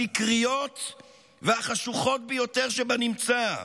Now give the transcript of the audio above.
הסיקריות והחשוכות ביותר שבנמצא,